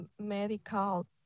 medical